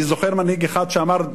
אני זוכר מנהיג אחד שאמר: